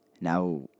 Now